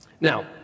Now